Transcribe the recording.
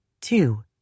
Two